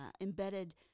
embedded